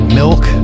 milk